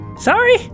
Sorry